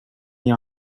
iyi